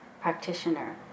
practitioner